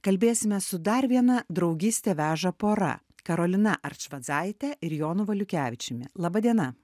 kalbėsime su dar viena draugystė veža pora karolina arčvadzaitė ir jonu valiukevičiumi laba diena